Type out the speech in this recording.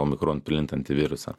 omikron plintantį virusą